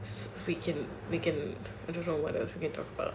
so we can we can I don't know what else we can talk about